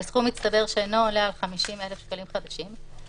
בסכום מצטבר שאינו עולה על 50,000 שקלים חדשים,